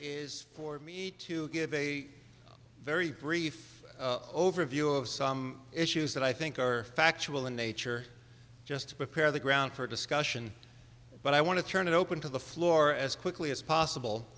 is for me to give a very brief overview of some issues that i think are factual in nature just to prepare the ground for discussion but i want to turn it open to the floor as quickly as possible